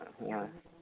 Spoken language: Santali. ᱦᱮᱸ